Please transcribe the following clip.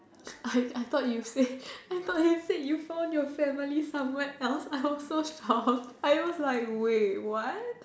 I I thought you said I thought you said you found your family somewhere else I was so shocked I was like wait what